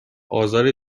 آزار